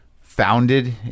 founded